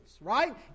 right